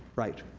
right.